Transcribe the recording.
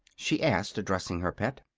she asked, addressing her pet.